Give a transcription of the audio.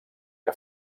que